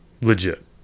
Legit